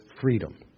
freedom